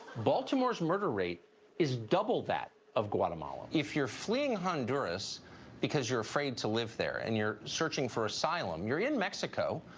baltimore's murder rate is double that of guatemala. if you're fleeing honduras because you're afraid to live there and you're searching for asylum, you're in mexico,